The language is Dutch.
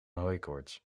hooikoorts